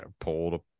pulled